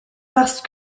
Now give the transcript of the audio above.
parce